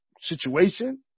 situation